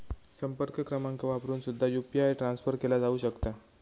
संपर्क क्रमांक वापरून सुद्धा यू.पी.आय ट्रान्सफर केला जाऊ शकता